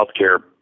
healthcare